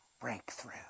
breakthrough